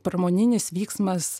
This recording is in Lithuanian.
pramoninis vyksmas